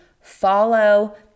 follow